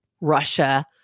russia